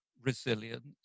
resilience